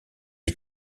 est